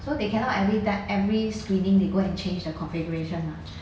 so they cannot every time every screening they go and change the configuration mah